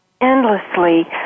endlessly